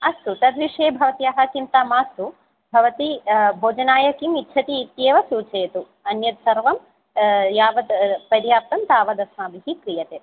अस्तु तद्विषये भवत्याः चिन्ता मास्तु भवती भोजनाय किम् इच्छति इत्येव सूचयतु अन्यत् सर्वं यावत् पर्याप्तं तावदस्माभिः क्रियते